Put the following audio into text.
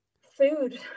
Food